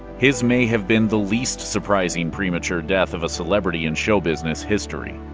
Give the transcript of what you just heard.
his may have been the least-surprising premature death of a celebrity in show-business history.